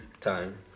time